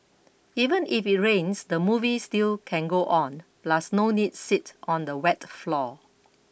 even if it rains the movie still can go on plus no need sit on the wet floor